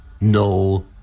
no